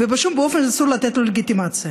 ובשום פנים ואופן אסור לתת לו לגיטימציה.